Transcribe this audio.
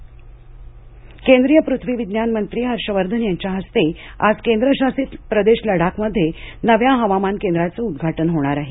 लडाख हवामान विभाग केंद्रीय पृथ्वी विज्ञान मंत्री हर्ष वर्धन यांच्या हस्ते आज केंद्रशासित प्रदेश लडाखमध्ये नव्या हवामान केंद्राचं उद्घाटन होणार आहे